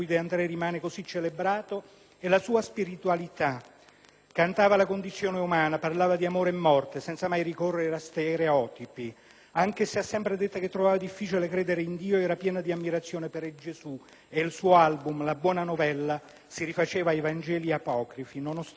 cantava la condizione umana, parlava di amore e morte senza mai ricorrere a stereotipi; anche se ha sempre detto che trovava difficile credere in Dio, era pieno di ammirazione per Gesù e il suo album «La buona novella» si rifaceva ai Vangeli apocrifi; nonostante fosse al massimo un agnostico, De André scrisse canzoni